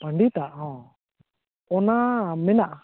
ᱯᱚᱸᱰᱮᱛᱟᱜ ᱦᱚᱸ ᱚᱱᱟ ᱢᱮᱱᱟᱜᱼᱟ